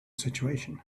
situation